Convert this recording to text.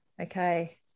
okay